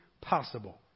possible